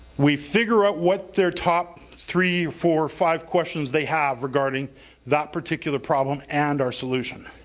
we figure out what their top three or four or five questions they have regarding that particular problem and our solution.